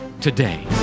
today